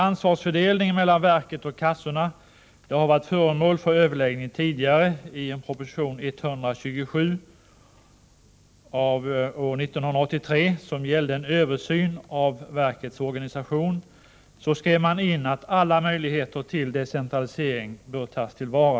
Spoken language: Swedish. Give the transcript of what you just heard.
Ansvarsfördelningen mellan verket och kassorna har varit föremål för överläggning tidigare. I proposition 127 av år 1983, som gällde en översyn av verkets organisation, skrev man in att alla möjligheter till decentralisering bör tas till vara.